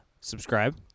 subscribe